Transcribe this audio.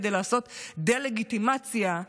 כדי לעשות דה-לגיטימציה ליהודים,